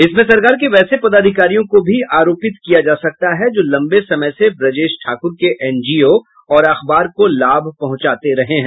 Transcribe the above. इसमें सरकार के वैसे पदाधिकारियों को भी आरोपित किया जा सकता है जो लंबे समय से ब्रजेश ठाकर के एनजीओ और अखबार को लाभ पहुंचाते रहे हैं